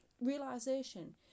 realization